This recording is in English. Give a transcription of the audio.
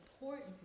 important